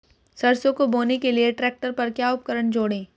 सरसों को बोने के लिये ट्रैक्टर पर क्या उपकरण जोड़ें?